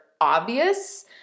obvious